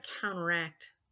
counteract